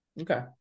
Okay